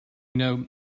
know